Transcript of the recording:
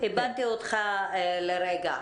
איבדתי אותך לרגע.